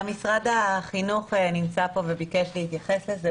גם משרד החינוך נמצא פה וביקש להתייחס לזה.